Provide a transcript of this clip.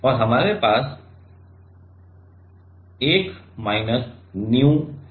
और हमारे पास 1 माइनस nu है